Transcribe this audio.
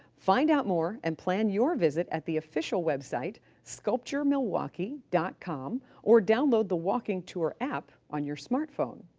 find out more and plan your visit at the official website, sculpturemilwaukee dot com or download the walking tour app on your smartphone.